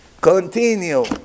Continue